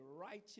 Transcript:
righteous